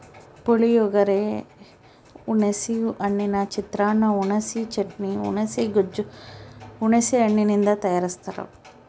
ಪುಳಿಯೋಗರೆ, ಹುಣಿಸೆ ಹಣ್ಣಿನ ಚಿತ್ರಾನ್ನ, ಹುಣಿಸೆ ಚಟ್ನಿ, ಹುಣುಸೆ ಗೊಜ್ಜು ಹುಣಸೆ ಹಣ್ಣಿನಿಂದ ತಯಾರಸ್ತಾರ